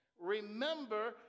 Remember